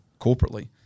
corporately